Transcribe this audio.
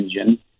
engine